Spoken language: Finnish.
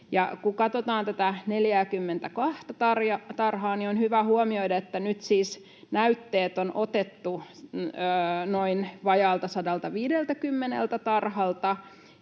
Kun katsotaan näitä 42:ta tarhaa, niin on hyvä huomioida, että nyt siis näytteet on otettu noin vajaalta 150 tarhalta,